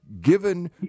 Given